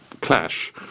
clash